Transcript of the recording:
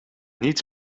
niets